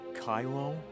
Kylo